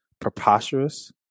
Preposterous